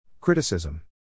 Criticism